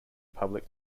public